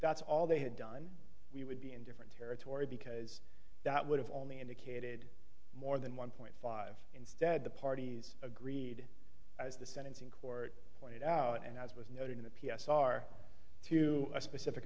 that's all they had done we would be in different territory because that would have only indicated more than one point five instead the parties agreed as the sentencing court pointed out and as was noted in a p s r to a specific